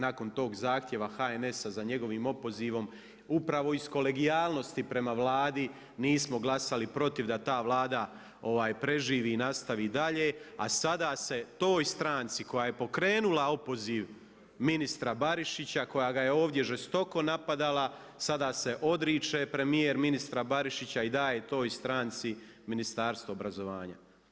Nakon tog zahtjeva HNS-a za njegovim opozivom, upravo iz kolegijalnosti prema Vladi nismo glasali protiv da ta Vlada preživi i nastavi dalje, a sada se toj stranci koja je pokrenula opoziv ministra Barišića, kojega je ovdje žestoko napadala sada se odriče premijer ministra Barišića i daje toj stranci Ministarstvo obrazovanja.